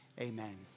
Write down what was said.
Amen